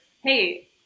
hey